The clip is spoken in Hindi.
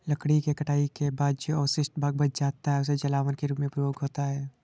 लकड़ी के कटाई के बाद जो अवशिष्ट भाग बच जाता है, उसका जलावन के रूप में प्रयोग होता है